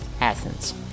Athens